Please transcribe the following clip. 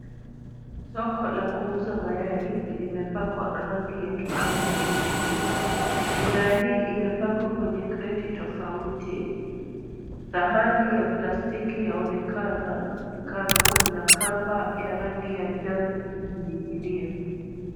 Soko la kuuza mayai, limepakwa rangi ,ya kijani kibichi. Bidhaa hii imepangwa kwenye kreti tofauti, sahani ya plastiki yaonekana, kando na kamba ya rangi ya njano ikininginia.